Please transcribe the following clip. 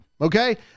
Okay